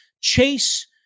Chase